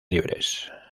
libres